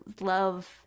love